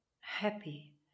happy